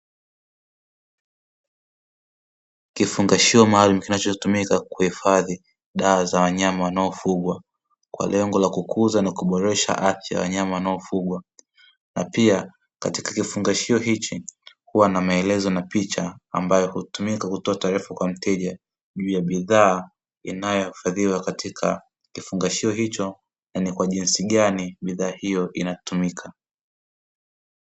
Kifungashio maalumu kinachotumika kuhifadhi dawa za wanyama wanaofugwa kwa lengo la kukuza ni kuboresha afya ya wanyama wanaofugwa, na pia katika kifungashio hichi kuwa na maelezo na picha ambayo hutumika kutoa taarifa kwa mteja juu ya bidhaa inayohifadhiwa katika vifungashio hicho na ni kwa jinsi gani bidhaa hiyo inatumika.